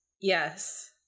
Yes